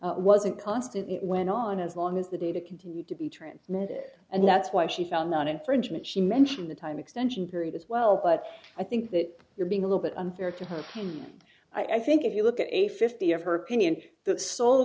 period wasn't constant it went on as long as the data continued to be transmitted and that's why she found on infringement she mentioned the time extension period as well but i think that you're being a little bit unfair to her i think if you look at a fifty of her opinion the sole